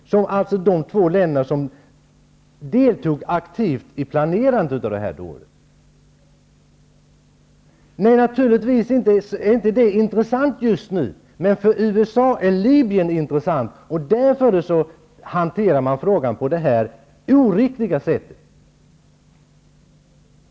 Dessa två länder deltog aktivt i planerandet av dådet. Det är naturligtvis inte intressant just nu. Men för USA är Libyen intressant. Därför hanterar man frågan på det här oriktiga sättet.